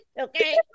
okay